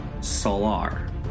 Solar